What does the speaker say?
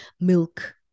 milk